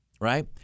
right